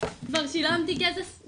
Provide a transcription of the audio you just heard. כבר שילמתי